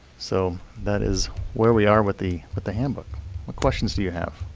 so that is where we are with the with the handbook. what questions do you have?